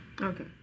Okay